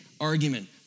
argument